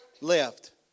left